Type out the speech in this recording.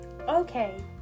Okay